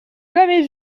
jamais